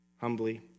humbly